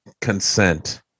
consent